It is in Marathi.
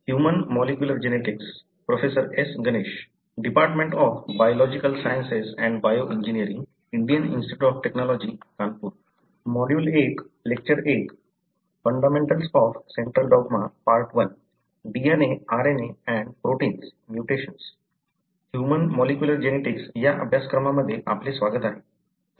ह्यूमन मॉलिक्युलर जेनेटिक्स या अभ्यासक्रमामध्ये आपले स्वागत आहे